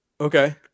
Okay